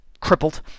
crippled